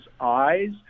eyes